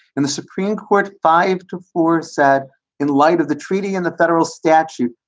and the supreme court, five to four said in light of the treaty and the federal statute,